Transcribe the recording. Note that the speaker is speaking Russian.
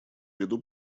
виду